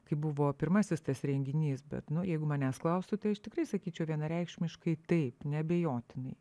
kai buvo pirmasis tas renginys bet nu jeigu manęs klaustų tai aš tikrai sakyčiau vienareikšmiškai taip neabejotinai